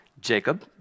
Jacob